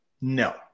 no